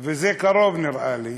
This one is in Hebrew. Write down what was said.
וזה קרוב, נראה לי,